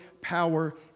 power